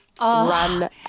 run